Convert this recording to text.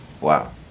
Wow